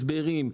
הסברים,